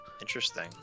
interesting